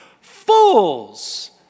fools